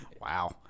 Wow